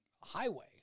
highway